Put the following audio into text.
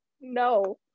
No